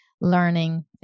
learning